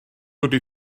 wedi